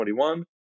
2021